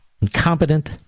Incompetent